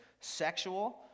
sexual